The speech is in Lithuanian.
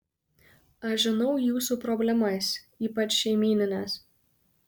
aš žinau jūsų problemas ypač šeimynines